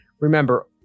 remember